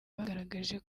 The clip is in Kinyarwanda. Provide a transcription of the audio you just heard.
bagaragaje